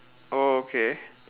oh okay